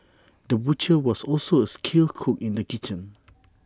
the butcher was also A skilled cook in the kitchen